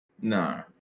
No